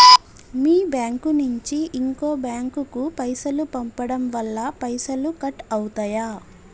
మీ bank నుంచి ఇంకో bank కు పైసలు పంపడం వల్ల పైసలు కట్ అవుతయా?